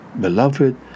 beloved